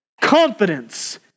Confidence